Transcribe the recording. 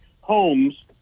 homes